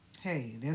Hey